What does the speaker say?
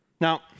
Now